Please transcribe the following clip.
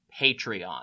Patreon